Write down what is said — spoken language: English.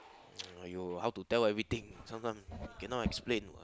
!aiyo! how to tell everything sometime cannot explain